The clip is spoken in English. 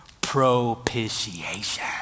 Propitiation